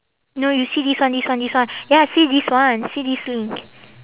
no you see this one this one this one ya see this one see this link